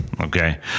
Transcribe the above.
Okay